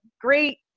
great